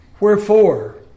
Wherefore